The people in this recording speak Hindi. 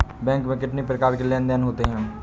बैंक में कितनी प्रकार के लेन देन देन होते हैं?